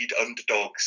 underdogs